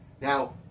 Now